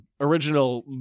original